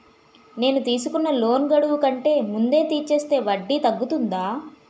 నేను తీసుకున్న లోన్ గడువు కంటే ముందే తీర్చేస్తే వడ్డీ తగ్గుతుందా?